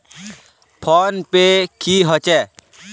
Phone पै की होचे?